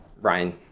Ryan